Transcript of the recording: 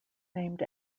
named